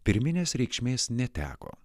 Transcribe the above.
pirminės reikšmės neteko